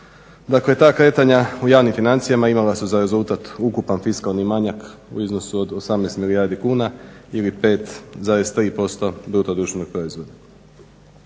Dakle, ta kretanja u javnim financijama imala su za rezultat ukupan fiskalni manjak u iznosu od 18 milijardi kuna ili 5,3% BDP-a. Usprkos